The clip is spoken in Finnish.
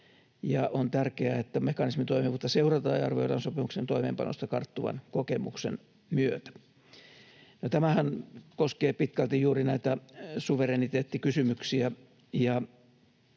on tärkeää, että mekanismin toimivuutta seurataan ja arvioidaan sopimuksen toimeenpanosta karttuvan kokemuksen myötä. Tämähän koskee pitkälti juuri näitä suvereniteettikysymyksiä,